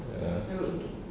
err